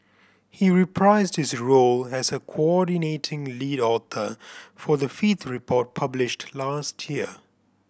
he reprised his role as a coordinating lead author for the fifth report published last year